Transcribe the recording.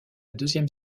deuxième